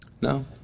No